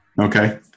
Okay